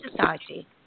Society